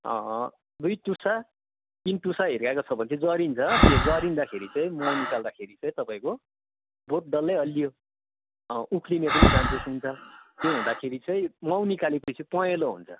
दुई टुसा तिन टुसा हिर्काको छ भने चाहिँ त्यो जरिन्छ त्यो जरिन्दाखेरि चाहिँ माउ निकाल्दाखेरि चाहिँ तपाईँको बोट डल्लै हलियो उख्लिने पनि चान्सेस हुन्छ त्यो हुँदाखेरि चाहिँ माउ निकाल्यो पछि पहेलो हुन्छ